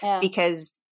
because-